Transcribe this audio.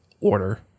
order